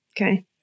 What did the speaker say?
Okay